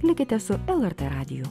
likite su lrt radiju